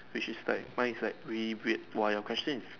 which is like mine is like really weird while your question is